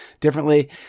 differently